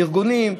ארגונים,